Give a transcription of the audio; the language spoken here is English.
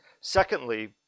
Secondly